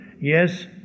Yes